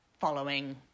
following